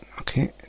Okay